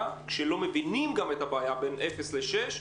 כשלא מבינים בדיוק את הבעיה בין הגילים אפס לשש,